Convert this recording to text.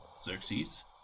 Xerxes